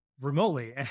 remotely